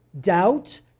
doubt